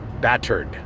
battered